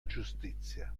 giustizia